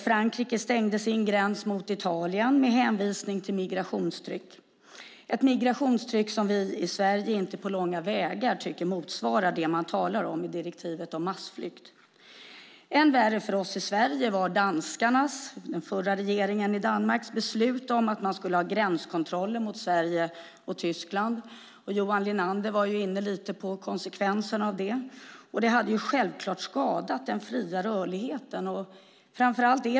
Frankrike stängde sin gräns mot Italien med hänvisning till migrationstryck, ett migrationstryck som vi i Sverige inte tycker på långa vägar motsvarar det man talar om i direktivet om massflykt. Än värre för oss i Sverige var den förra danska regeringens beslut att ha gränskontroller mot Sverige och Tyskland. Johan Linander var lite grann inne på konsekvenserna av det. Det hade självklart skadat den fria rörligheten.